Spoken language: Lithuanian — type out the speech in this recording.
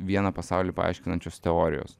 vieną pasaulį paaiškinančios teorijos